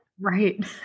right